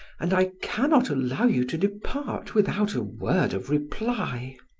and i cannot allow you to depart without a word of reply.